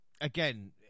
again